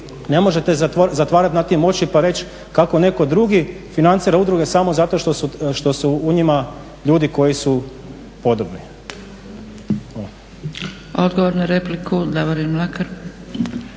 ne možete zatvarati nad tim oči pa reći kako netko drugi financiran udruge samo zato što su u njima ljudi koji su podobni.